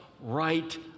right